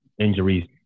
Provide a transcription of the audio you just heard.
injuries